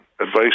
advice